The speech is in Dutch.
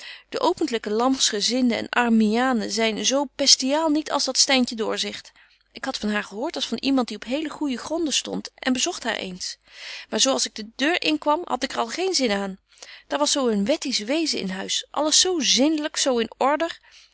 de opentlyke lamsgezinden en armmiaanen zyn zo pestiaal niet als dat styntje doorzicht ik had van haar gehoort als van iemand die op hele goeje gronden stondt en bezogt haar eens maar zo als ik de deur inkwam had ik er al geen zin aan daar was zo een wettisch wezen in huis alles zo zindelyk zo in order